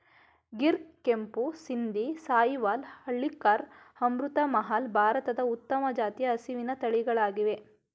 ಗಿರ್, ಕೆಂಪು ಸಿಂಧಿ, ಸಾಹಿವಾಲ, ಹಳ್ಳಿಕಾರ್, ಅಮೃತ್ ಮಹಲ್, ಭಾರತದ ಉತ್ತಮ ಜಾತಿಯ ಹಸಿವಿನ ತಳಿಗಳಾಗಿವೆ